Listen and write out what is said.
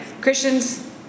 Christians